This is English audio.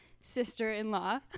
sister-in-law